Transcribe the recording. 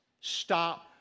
Stop